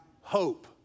hope